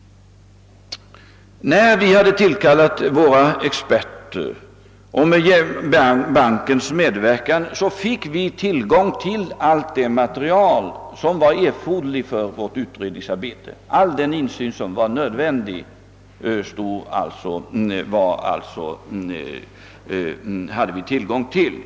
När vi hade tillkallat våra experter fick vi med bankens medverkan tillgång till allt det material, som var erforderligt för vårt utredningsarbete, och all den insyn som var nödvändig.